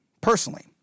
personally